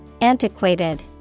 Antiquated